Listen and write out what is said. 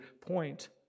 point